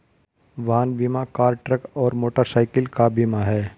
वाहन बीमा car, truck और मोटरसाइकिल का बीमा है